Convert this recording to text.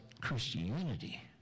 christianity